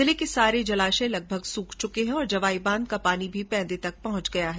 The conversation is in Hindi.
जिले के सारे जलाशय लगभग सूख चुके हैं और जवाई बांध का पानी भी पैंदे तक पहुंच गया है